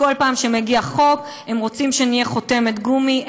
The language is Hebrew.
בכל פעם שמגיע חוק הם רוצים שנהיה חותמת גומי.